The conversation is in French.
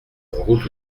route